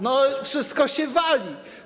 No wszystko się wali.